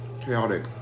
chaotic